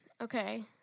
Okay